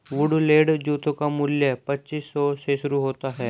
Woodland जूतों का मूल्य पच्चीस सौ से शुरू होता है